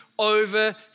over